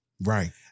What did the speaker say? Right